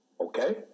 Okay